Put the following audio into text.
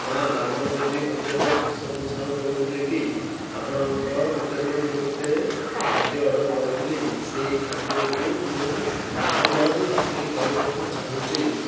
ମାଆ ବ୍ରାହ୍ମଣ ଦେବୀ ହୋଟେଲରୁ ସୁଶାନ୍ତ ସାହୁ କହୁଥିଲେ କି ଆପଣଙ୍କ ହୋଟେଲରୁ ମୁଁ ଗୋଟେ ଖାଦ୍ୟ ଅର୍ଡ଼ର୍ କରିଥିଲି ସେଇ ଖାଦ୍ୟକୁ ମୁଁ ବର୍ତ୍ତମାନ ବାତିଲ୍ କରିବାକୁ ଚାହୁଁଛି